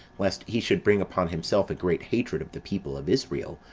lest he should bring upon himself a great hatred of the people of israel,